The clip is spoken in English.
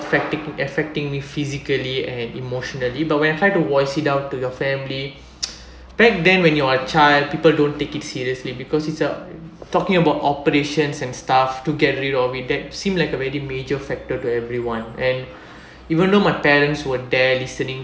affecting affecting me physically and emotionally but when I tried to voice it out to your family back then when you are child people don't take it seriously because it's uh talking about operations and stuff to get rid of it that seemed like a very major factor to everyone and even though my parents were there listening